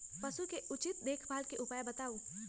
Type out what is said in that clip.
पशु के उचित देखभाल के उपाय बताऊ?